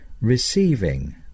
receiving